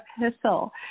epistle